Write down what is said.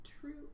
true